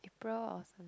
bro